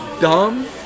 dumb